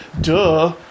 Duh